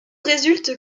résulte